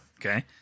Okay